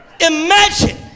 Imagine